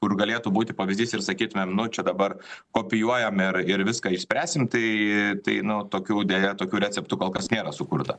kur galėtų būti pavyzdys ir sakytumėm nu čia dabar kopijuojam ir ir viską išspręsim tai tai nu tokių deja tokių receptų kol kas nėra sukurta